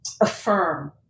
affirm